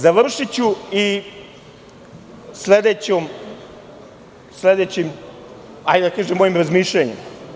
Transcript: Završiću i sledećim, hajde da kažem, mojim razmišljanjem.